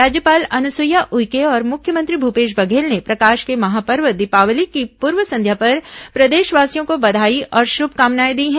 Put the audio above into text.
राज्यपाल अनुसुईया उइके और मुख्यमंत्री भूपेश बघेल ने प्रकाश के महापर्व दीपावली की पूर्व संध्या पर प्रदेशवासियों को बधाई और श्मकामनाएं दी हैं